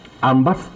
Ambas